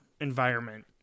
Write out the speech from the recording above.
environment